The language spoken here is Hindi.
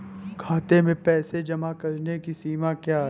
खाते में पैसे जमा करने की सीमा क्या है?